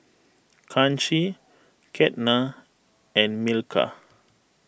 Kanshi Ketna and Milkha